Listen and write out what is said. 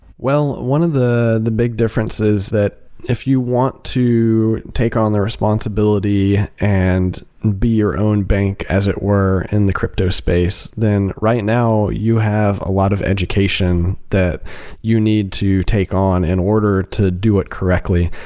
well, one of the the big differences that if you want to take on the responsibility and be your own bank as it were in the crypto space, then right now you have a lot of education that you need to take on in order to do it correctly.